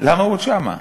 למה הוא עוד שם?